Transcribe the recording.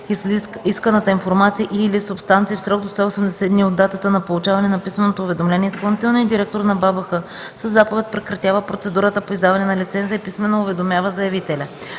исканата информация и/или субстанции в срок до 180 дни от датата на получаване на писменото уведомление, изпълнителният директор на БАБХ със заповед прекратява процедурата по издаване на лиценза и писмено уведомява заявителя.